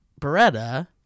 Beretta